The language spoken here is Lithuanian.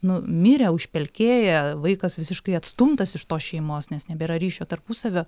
nu mirę užpelkėję vaikas visiškai atstumtas iš tos šeimos nes nebėra ryšio tarpusavio